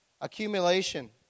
Accumulation